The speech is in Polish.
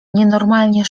nienormalnie